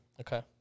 Okay